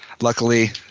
Luckily